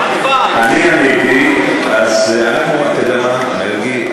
רגע, אני עניתי, אז אתה יודע מה, מרגי?